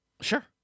sure